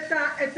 את